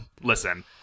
Listen